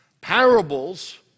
Parables